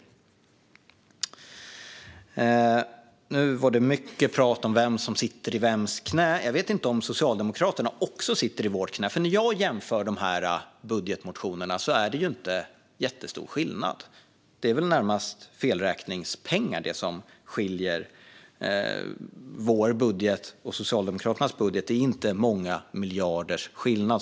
Nu var det mycket prat om vem som sitter i vems knä. Jag vet inte om Socialdemokraterna också sitter i vårt knä, för när jag jämför budgetmotionerna kan jag inte se att det är jättestor skillnad. Det som skiljer vår budget och Socialdemokraternas budget är närmast felräkningspengar. Det är inte många miljarders skillnad.